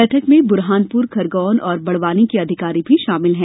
बैठक में बुरहानपुर खरगोन और बड़वानी के अधिकारी भी शामिल हैं